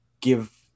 give